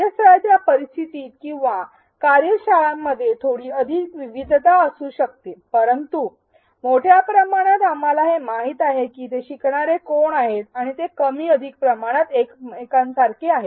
कार्यस्थळाच्या परिस्थितीत किंवा कार्य शाळांमध्ये थोडी अधिक विभिन्नता असू शकते परंतु मोठ्या प्रमाणात आम्हाला हे माहित आहे की ते शिकणारे कोण आहेत आणि ते कमी अधिक प्रमाणात एकमेकांसारखे आहेत